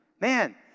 Man